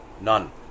None